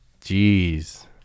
Jeez